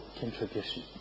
Contribution